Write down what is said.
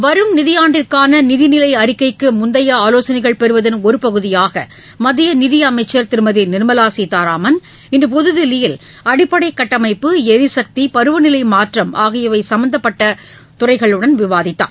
வரும் நிதியாண்டிற்கான நிதிநிலை அறிக்கைக்கு முந்தைய ஆலோசனைகள் பெறுவதள் ஒரு பகுதியாக மத்திய நிதியமைச்சர் திருமதி நிர்மலா சீதாராமன் இன்று புதுதில்லியில் அடிப்படை கட்டமைப்பு எரிசக்தி பருவநிலை மாற்றம் ஆகியவை சம்பந்தப்பட்டவர்களுடன் விவாதித்தார்